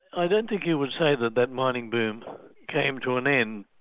i don't think you would say that that mining boom came to an end.